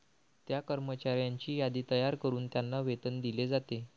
त्या कर्मचाऱ्यांची यादी तयार करून त्यांना वेतन दिले जाते